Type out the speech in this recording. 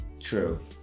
True